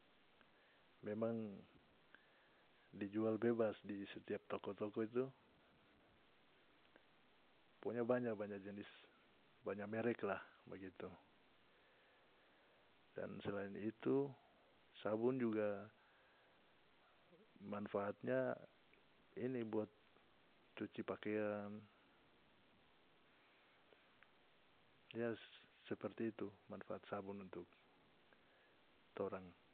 Memang dijual bebas di setiap toko-toko itu pokonya banyak banya jenis banyak merek la bagitu dan selain itu sabun juga manfaaatnya ini buat cuci pakeang ya seperti itu manfaat sabun untuk torang.